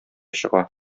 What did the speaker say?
чыга